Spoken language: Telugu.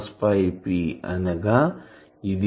అనగా ఇదియే రెండు యాంగిల్ లు